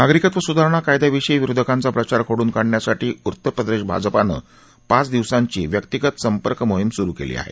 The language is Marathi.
नागरिकत्व सुधारणा कायद्याविषयी विरोधकांचा प्रचार खोडून काढण्यासाठी उत्तर प्रदेश भाजपानं पाच दिवसांची व्यक्तीगत संपर्क मोहीम सुरु केली आहे